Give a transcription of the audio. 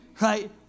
Right